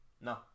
No